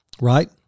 Right